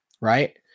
right